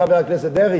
חבר הכנסת דרעי,